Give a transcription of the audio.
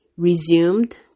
Resumed